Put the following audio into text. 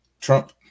Trump